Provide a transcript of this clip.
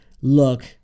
look